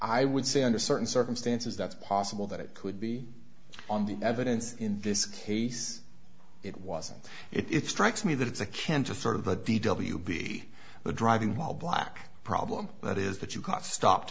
i would say under certain circumstances that's possible that it could be on the evidence in this case it wasn't it strikes me that it's a can to sort of a d w b the driving while black problem that is that you got stopped